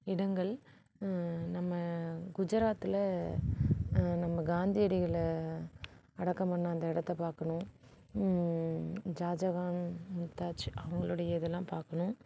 இடங்கள் நம்ம குஜராத்தில் நம்ம காந்தியடிகளை அடக்கம் பண்ண அந்த இடத்தப் பார்க்கணும் ஷாஜகான் மும்தாஜ் அவங்களுடைய இதுலாம் பார்க்கணும்